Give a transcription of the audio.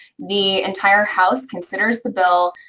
the entire house considers the bill,